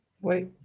wait